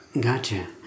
Gotcha